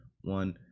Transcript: one